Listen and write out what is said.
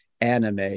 anime